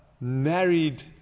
married